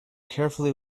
carefully